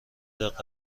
دقت